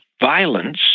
violence